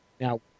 Now